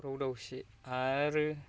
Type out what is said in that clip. दावराव दावसि आरो